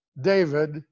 David